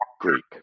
Greek